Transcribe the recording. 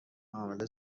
عامل